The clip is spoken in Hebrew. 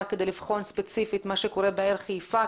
כדי לבחון ספציפית מה שקורה בעיר חיפה,